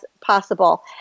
possible